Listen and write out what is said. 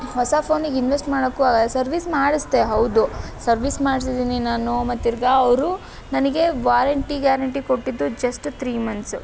ಹೊಸ ಫೋನಿಗೆ ಇನ್ವೆಸ್ಟ್ ಮಾಡೋಕ್ಕೂ ಆಗಲ್ಲ ಸರ್ವಿಸ್ ಮಾಡಿಸ್ದೆ ಹೌದು ಸರ್ವಿಸ್ ಮಾಡ್ಸಿದ್ದೀನಿ ನಾನು ಮತ್ತೆ ತಿರುಗಾ ಅವರು ನನಗೆ ವಾರಂಟಿ ಗ್ಯಾರಂಟಿ ಕೊಟ್ಟಿದ್ದು ಜಸ್ಟ್ ತ್ರೀ ಮಂತ್ಸು